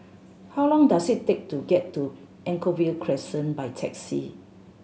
how long does it take to get to Anchorvale Crescent by taxi